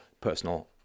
personal